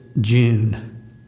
June